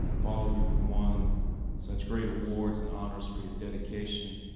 for all of you who have won such great awards and honors for your dedication.